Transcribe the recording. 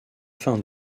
fin